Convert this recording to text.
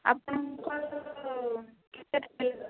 ଆପଣଙ୍କର କେତେ ପେଜ୍ ଦରକାର କି